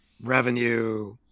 Revenue